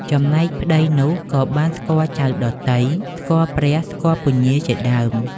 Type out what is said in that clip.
ចំណែកប្តីនោះក៏បានស្គាល់ចៅដទៃ ស្គាល់ព្រះ ស្គាល់ពញាជាដើម។